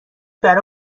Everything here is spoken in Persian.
برا